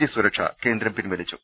G സുരക്ഷ കേന്ദ്രം പിൻവലിച്ചു